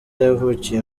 yavukiye